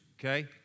okay